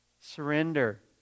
surrender